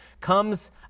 comes